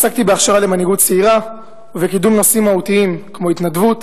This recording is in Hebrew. עסקתי בהכשרה למנהיגות צעירה וקידום נושאים מהותיים כמו התנדבות,